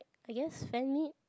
I guess fan meet